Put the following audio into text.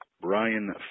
Brian